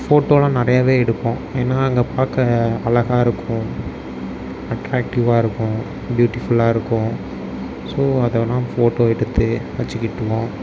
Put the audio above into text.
ஃபோட்டோல்லாம் நிறையவே எடுப்போம் ஏன்னால் அங்கே பார்க்க அழகாக இருக்கும் அட்ராக்ட்டிவாக இருக்கும் பியூட்டிஃபுல்லாக இருக்கும் ஸோ அதெல்லாம் ஃபோட்டோ எடுத்து வச்சுக்கிட்டோம்